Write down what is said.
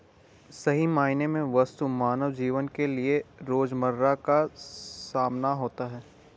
सही मायने में वस्तु मानव जीवन के लिये रोजमर्रा का सामान होता है